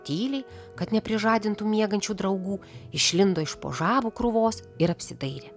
tyliai kad neprižadintų miegančių draugų išlindo iš po žabų krūvos ir apsidairė